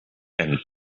and